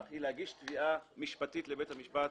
היא להגיש תביעה משפטית לבית המשפט,